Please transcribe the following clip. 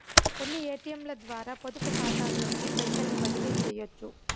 కొన్ని ఏటియంలద్వారా పొదుపుకాతాలోకి పైసల్ని బదిలీసెయ్యొచ్చు